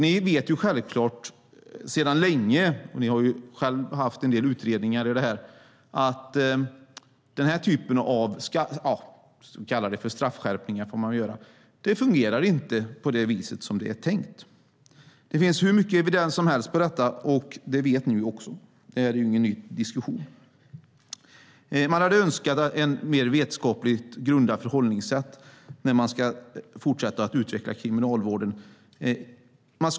Ni vet självklart sedan länge - ni har ju själva gjort en rad utredningar - att den här typen av straffskärpningar inte fungerar på det viset som det är tänkt. Det finns hur mycket evidens som helst på detta område, och det vet ni också. Detta är ju ingen ny diskussion. Man hade önskat ett mer vetenskapligt grundat förhållningssätt när man ska fortsätta att utveckla kriminalvården.